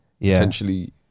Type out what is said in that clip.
potentially